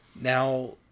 now